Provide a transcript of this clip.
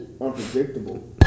unpredictable